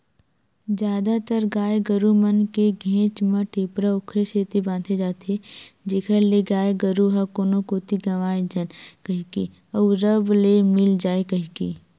जादातर गाय गरु मन के घेंच म टेपरा ओखरे सेती बांधे जाथे जेखर ले गाय गरु ह कोनो कोती गंवाए झन कहिके अउ रब ले मिल जाय कहिके